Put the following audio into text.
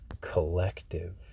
collective